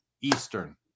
eastern